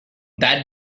that